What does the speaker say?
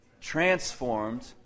transformed